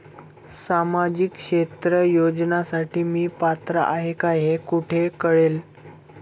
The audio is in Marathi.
सामाजिक क्षेत्र योजनेसाठी मी पात्र आहे का हे कुठे कळेल?